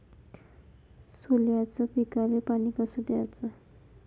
सोल्याच्या पिकाले पानी कस द्याचं?